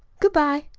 good-bye!